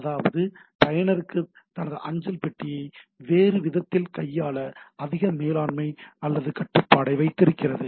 அதாவது பயனருக்கு தனது அஞ்சல் பெட்டியை வேறு அர்த்தத்தில் கையாள அதிக மேலாண்மை அல்லது கட்டுப்பாட்டை வைத்திருக்கிறது